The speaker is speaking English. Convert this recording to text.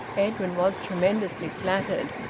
edwin was tremendously flattered.